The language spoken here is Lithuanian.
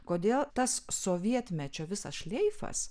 kodėl tas sovietmečio visas šleifas